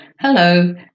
Hello